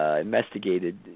Investigated